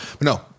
no